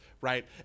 right